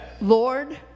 Lord